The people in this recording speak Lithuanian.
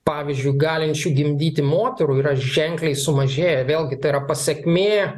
pavyzdžiui galinčių gimdyti moterų yra ženkliai sumažėję vėlgi tai yra pasekmė